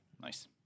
nice